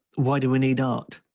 why do we need art?